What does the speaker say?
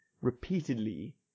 repeatedly